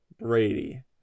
brady